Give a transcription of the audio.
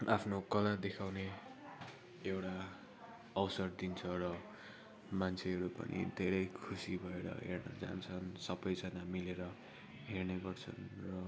आफ्नो कला देखाउने एउटा अवसर दिन्छ र मान्छेहरू पनि धेरै खुसी भएर हेर्न जान्छन् सबैजना मिलेर हेर्ने गर्छन् र